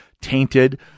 tainted